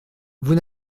vous